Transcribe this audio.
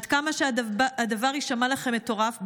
עד כמה שהדבר יישמע לכם מטורף,